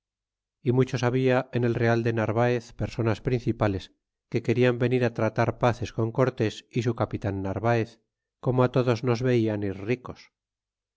y muchos habia en el real de narvaez personas principales que querian venir tratar paces con cortés y su nos velan ir ricos